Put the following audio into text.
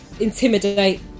intimidate